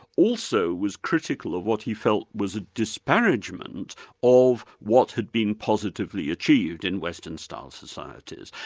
also was critical of what he felt was a disparagement of what had been positively achieved in western-style societies.